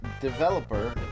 Developer